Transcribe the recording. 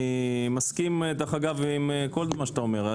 אני מסכים עם כל מה שאתה אומר.